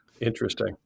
interesting